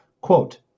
Quote